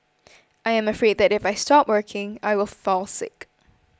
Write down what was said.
I am afraid that if I stop working I will fall sick